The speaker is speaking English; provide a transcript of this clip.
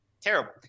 Terrible